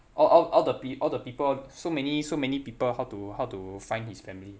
all all all the pe~ all the people so many so many people how to how to find his family